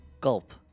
gulp